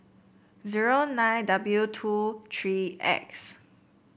zero nine W two tree X